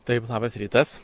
taip labas rytas